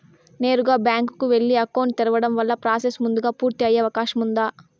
నేరుగా బ్యాంకు కు వెళ్లి అకౌంట్ తెరవడం వల్ల ప్రాసెస్ ముందుగా పూర్తి అయ్యే అవకాశం ఉందా?